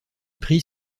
prix